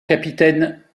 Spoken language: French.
capitaine